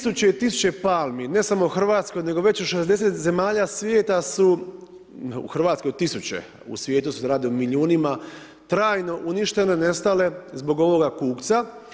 Tisuće i tisuće palmi, ne samo u Hrvatskoj, nego veću 60 zemalja svijeta su, u Hrvatskoj tisuće, u svijetu se radi o milijunima, trajno uništene, nestale zbog ovoga kukca.